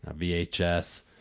VHS